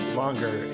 longer